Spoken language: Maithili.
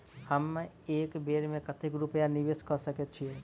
हम एक बेर मे कतेक रूपया निवेश कऽ सकैत छीयै?